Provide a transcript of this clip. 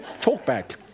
Talkback